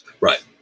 Right